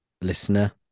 listener